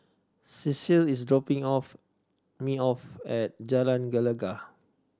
cecile is dropping off me off at Jalan Gelegar